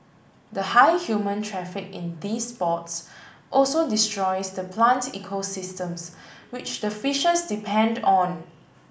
the high human traffic in these spots also destroys the plant ecosystems which the fishes depend on